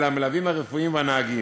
על המלווים הרפואיים והנהגים.